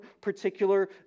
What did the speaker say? particular